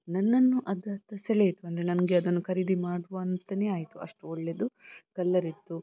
ನನ್ನನ್ನು ಅದ್ರ ಹತ್ರ ಸೆಳೆಯಿತು ಅಂದರೆ ನನಗೆ ಅದನ್ನು ಖರೀದಿ ಮಾಡುವಾಂತನೇ ಆಯಿತು ಅಷ್ಟು ಒಳ್ಳೆಯದು ಕಲ್ಲರ್ ಇತ್ತು